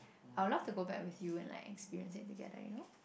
I would love to go back with you and like experience it together you know